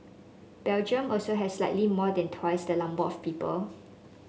Belgium also has slightly more than the twice the number of people